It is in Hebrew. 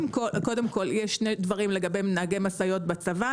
יש שני דברים לגבי נהגי משאיות בצבא.